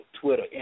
Twitter